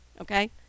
okay